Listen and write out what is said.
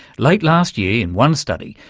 late last year, in one study,